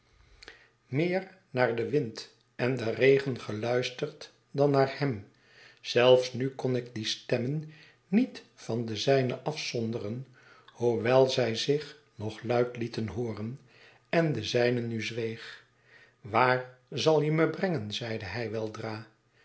meer naar den wind en den regen geluisterd dan naar hem zelfs nu kon ik die stemmen niet van de zijne afzonderen hoewel zij zich nog luid lieten hooren en de zijne nu zweeg waar zal je me bergen zeide hij weldra